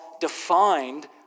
defined